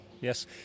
Yes